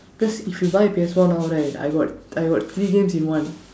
cause if you buy P_S four now right I got I got three games in one